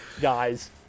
guys